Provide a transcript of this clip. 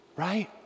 right